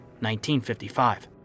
1955